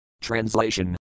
Translation